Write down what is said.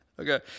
Okay